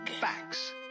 facts